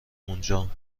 اونجام